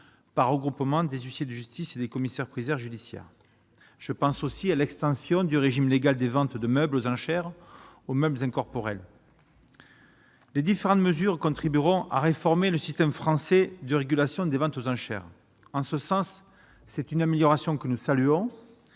par regroupement des huissiers de justice et des commissaires-priseurs judiciaires je pense aussi à l'extension du régime légal des ventes de meubles aux enchères aux mêmes incorporels les différentes mesures contribueront à réformer le système français de régulation des ventes aux enchères en ce sens, c'est une amélioration que nous saluons